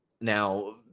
Now